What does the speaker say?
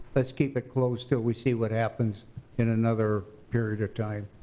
let's keep it closed till we see what happens in another period of time.